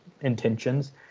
intentions